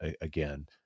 Again